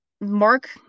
mark